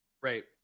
Right